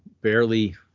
barely